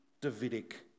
Davidic